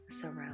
surround